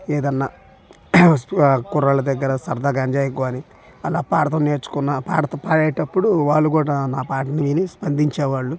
ఏదన్నా కుర్రాళ్ళ దగ్గర సరదాగా ఎంజాయ్ కానీ అలా పాడటం నేర్చుకున్నా పాడుతాం పాడేటప్పుడు వాళ్ళు కూడా నా పాటలు విని స్పందించే వాళ్ళు